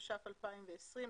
התש"ף-2020.